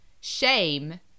shame